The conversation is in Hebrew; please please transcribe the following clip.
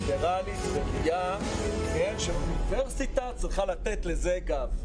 ליברלית וראויה שאוניברסיטה צריכה לתת לה גב.